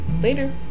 later